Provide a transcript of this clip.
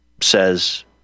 says